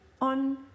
on